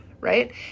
Right